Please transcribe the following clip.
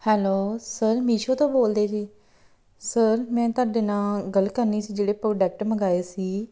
hello sir Meesho ਤੋਂ ਬੋਲਦੇ ਜੇ ਸਰ ਮੈਂ ਤੁਹਾਡੇ ਨਾਲ ਗੱਲ ਕਰਨੀ ਸੀ ਜਿਹੜੇ ਪ੍ਰੋਡਕਟ ਮੰਗਵਾਏ ਸੀ